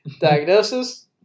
diagnosis